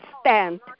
stand